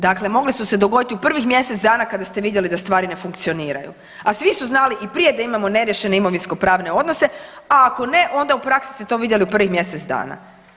Dakle, mogle su se dogoditi u prvih mjesec dana kada ste vidjeli da stvari ne funkcioniraju, a svi su znali i prije da imamo neriješene imovinskopravne odnose, a ako ne onda u praksi ste to vidjeli u prvih mjesec dana.